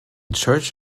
church